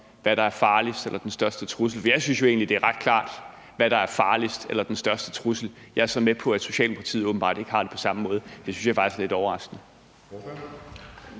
hvad der er farligst eller den største trussel. Jeg synes jo egentlig, det er ret klart, hvad der er farligst eller den største trussel. Jeg er så med på, at Socialdemokratiet åbenbart ikke har det på samme måde. Det synes jeg faktisk er lidt overraskende.